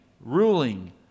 ruling